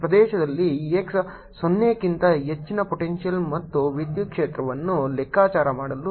ಪ್ರದೇಶದಲ್ಲಿ x 0 ಕ್ಕಿಂತ ಹೆಚ್ಚಿನ ಪೊಟೆಂಶಿಯಲ್ ಮತ್ತು ವಿದ್ಯುತ್ ಕ್ಷೇತ್ರವನ್ನು ಲೆಕ್ಕಾಚಾರ ಮಾಡಲು